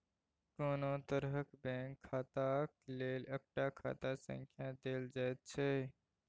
कोनो तरहक बैंक खाताक लेल एकटा खाता संख्या देल जाइत छै